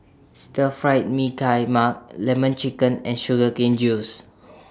Stir Fry Mee Tai Mak Lemon Chicken and Sugar Cane Juice